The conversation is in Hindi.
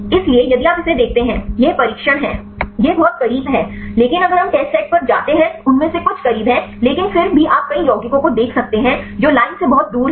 इसलिए यदि आप इसे देखते हैं यह प्रशिक्षण है यह बहुत करीब है लेकिन अगर हम टेस्ट सेट पर जाते हैं तो उनमें से कुछ करीब हैं लेकिन फिर भी आप कई यौगिकों को देख सकते हैं जो लाइन से बहुत दूर हैं